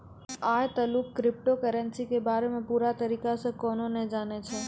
आय तलुक crypto currency के बारे मे पूरा तरीका से कोय नै जानै छै